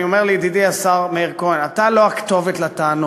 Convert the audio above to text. אני אומר לידידי השר מאיר כהן: אתה לא הכתובת לטענות,